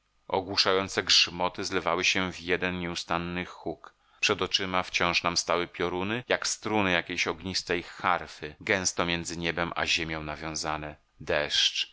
ogłuszające grzmoty zlewały się w jeden nieustanny huk przed oczyma wciąż nam stały pioruny jak struny jakiejś ognistej harfy gęsto między niebem a ziemią nawiązane deszcz